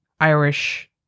Irish